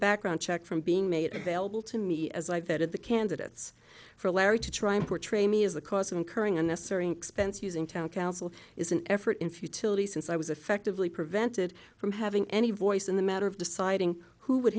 background check from being made available to me as like that of the candidates for larry to try and portray me as the cause of incurring unnecessary expense using town council is an effort in futility since i was effectively prevented from having any voice in the matter of deciding who would